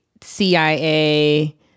CIA